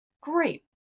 Great